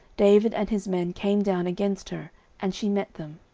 david and his men came down against her and she met them.